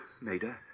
Maida